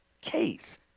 case